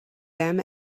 them